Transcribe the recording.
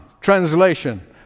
Translation